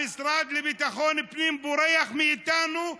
המשרד לביטחון בורח מאיתנו,